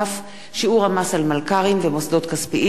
המס על מלכ"רים ומוסדות כספיים) (תיקון),